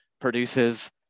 produces